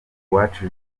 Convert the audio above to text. uwacu